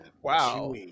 Wow